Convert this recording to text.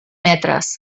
metres